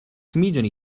میدونی